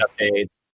updates